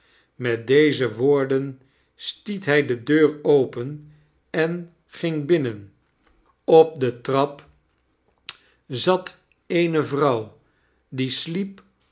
met deze woordeo stiet hij de deur opear en ging binnen op de trap zat eene vrouw die